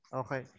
okay